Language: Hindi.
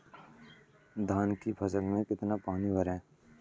धान की फसल में कितना पानी भरें?